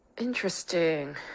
interesting